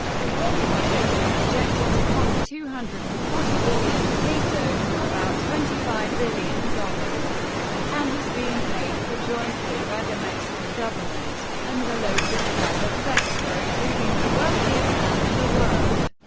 the whole project was projected to cost two hundred and forty billion pesos, or about twenty five billion us and is being paid for jointly by the mexican government and the local private sector including the wealthiest man in the world,